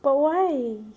but why